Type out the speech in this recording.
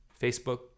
Facebook